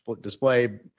display